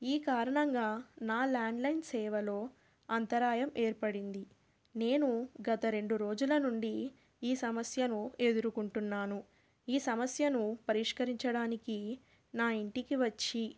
ఈ కారణంగా నా ల్యాండ్లైన్ సేవలో అంతరాయం ఏర్పడింది నేను గత రెండు రోజుల నుండి ఈ సమస్యను ఎదురుకొంటున్నాను ఈ సమస్యను పరిష్కరించడానికి నా ఇంటికి వచ్చి